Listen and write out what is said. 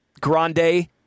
Grande